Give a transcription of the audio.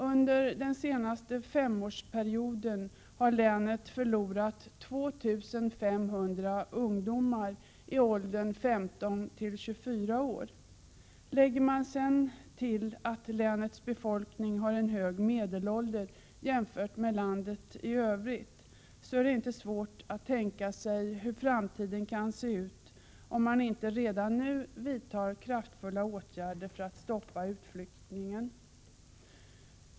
Under den senaste femårsperioden förlorade länet 2 500 ungdomar i åldern 15-24 år. Lägger man till att länets befolkning har en hög medelålder jämfört med landet i övrigt, är det inte svårt att tänka sig hur framtiden kan se ut om man inte redan nu vidtar kraftfulla åtgärder för att stoppa utflyttningen.